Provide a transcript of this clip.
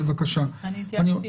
נעשה הפסקה.